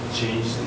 change